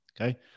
Okay